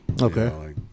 okay